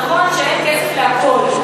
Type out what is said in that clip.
זה נכון שאין כסף לכול,